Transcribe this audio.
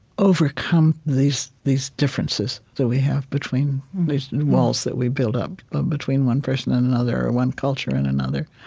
overcome these these differences that we have between these walls that we build up of between one person and another, or one culture and another.